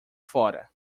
fora